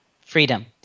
Freedom